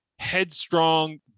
headstrong